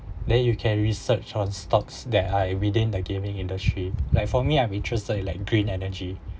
then you can research on stocks that are within the gaming industry like for me I'm interested in like green energy